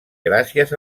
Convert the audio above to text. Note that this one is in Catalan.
gràcies